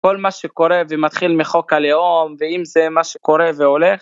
כל מה שקורה ומתחיל מחוק הלאום ואם זה מה שקורה והולך